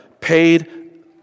paid